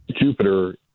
Jupiter